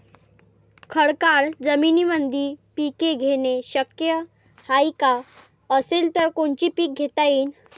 खडकाळ जमीनीमंदी पिके घेणे शक्य हाये का? असेल तर कोनचे पीक घेता येईन?